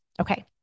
Okay